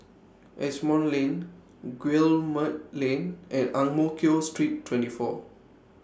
Asimont Lane Guillemard Lane and Ang Mo Kio Street twenty four